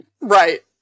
Right